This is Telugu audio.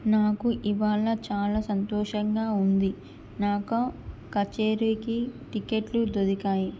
నాకు ఇవాళ చాలా సంతోషంగా ఉంది నాకా కచేరీకి టిక్కెట్లు దొరికాయి